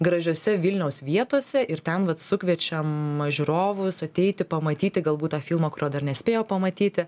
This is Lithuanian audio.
gražiose vilniaus vietose ir ten vat sukviečiam žiūrovus ateiti pamatyti galbūt tą filmo kurio dar nespėjo pamatyti